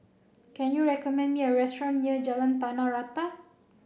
can you recommend me a restaurant near Jalan Tanah Rata